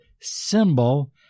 symbol